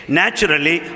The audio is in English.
naturally